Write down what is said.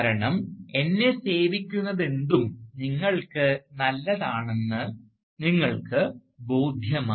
കാരണം എന്നെ സേവിക്കുന്നതെന്തും നിങ്ങൾക്ക് നല്ലതാണെന്ന് നിങ്ങൾക്ക് ബോധ്യമായി